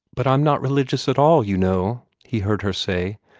but i'm not religious at all, you know, he heard her say.